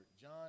John